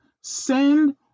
send